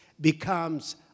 becomes